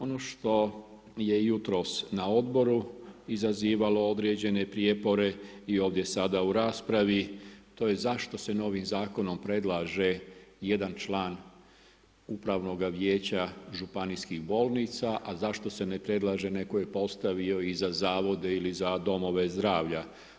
Ono što je jutros na odboru izazivalo određene prijepore i ovdje sada u raspravi to je zašto se novim zakonom predlaže jedan član upravnoga vijeća županijskih bolnica, a zašto se ne predlaže, netko je postavio i za zavode ili za domove zdravlja.